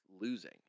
losing